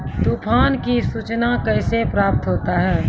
तुफान की सुचना कैसे प्राप्त होता हैं?